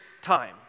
time